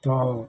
तो